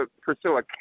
Priscilla